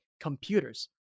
computers